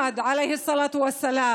לעולם ורחמנות הלכה